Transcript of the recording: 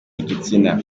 igitsina